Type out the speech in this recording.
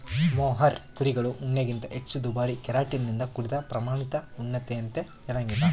mohair ಕುರಿಗಳ ಉಣ್ಣೆಗಿಂತ ಹೆಚ್ಚು ದುಬಾರಿ ಕೆರಾಟಿನ್ ನಿಂದ ಕೂಡಿದ ಪ್ರಾಮಾಣಿತ ಉಣ್ಣೆಯಂತೆ ಇರಂಗಿಲ್ಲ